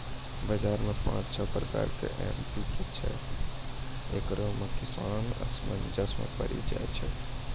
बाजार मे पाँच छह प्रकार के एम.पी.के छैय, इकरो मे किसान असमंजस मे पड़ी जाय छैय?